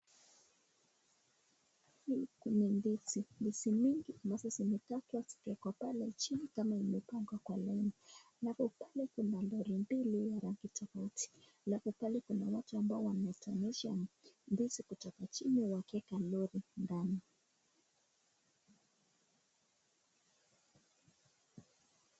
Mwanamke amesimama karibu na mti mrefu. Amebeba mtoto mdogo ambaye analia. Mtoto amevaa koti la rangi ya kijani na suruali nyeupe. Mwanamke amevaa nguo nyeusi na anaonekana amechoka. Watu wengine wamesimama mbele yao, wakiongea. Gari nyeusi imepakiwa nyuma ya mti. Juu ya gari kuna sanduku kubwa. Chini ya mti kuna maua mekundu.